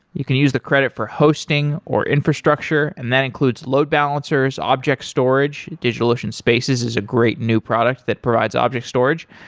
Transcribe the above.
you can use the credit for hosting, or infrastructure, and that includes load balancers, object storage. digitalocean spaces is a great new product that provides object storage,